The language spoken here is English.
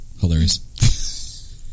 Hilarious